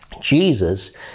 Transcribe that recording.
jesus